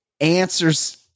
answers